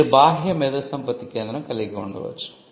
మీరు బాహ్య మేధోసంపత్తి కేంద్రం కలిగి ఉండవచ్చు